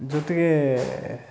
ಜೊತೆಗೆ